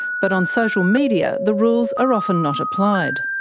but on social media the rules are often not applied.